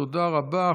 תודה רבה.